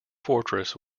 fortress